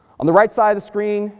on the right side of the screen,